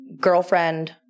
girlfriend